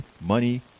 money